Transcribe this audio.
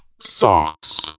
Socks